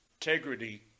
integrity